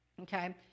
okay